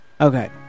Okay